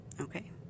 okay